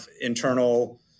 internal